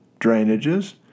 drainages